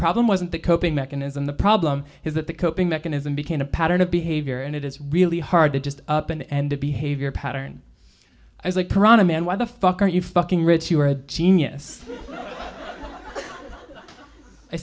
problem wasn't that coping mechanism the problem is that the coping mechanism became a pattern of behavior and it is really hard to just up and a behavior pattern is like parana man why the fuck are you fucking rich you are a genius i